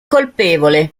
colpevole